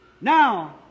Now